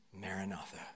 Maranatha